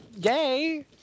gay